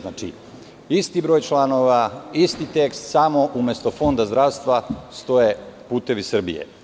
Znači, isti broj članova, isti tekst, samo umesto fonda zdravstva stoje "Putevi Srbije"